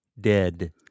dead